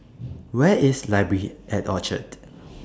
Where IS Library At Orchard